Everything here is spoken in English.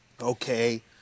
okay